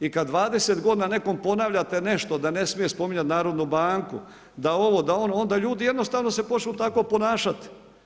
I kada 20 g. nekom ponavljate nešto da ne smije spominjati Narodnu banku, da ovo, da ono, onda ljudi jednostavno se počnu tako ponašati.